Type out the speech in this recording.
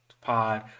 pod